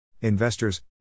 Investors